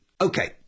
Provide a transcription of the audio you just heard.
Okay